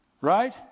Right